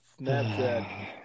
Snapchat